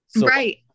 Right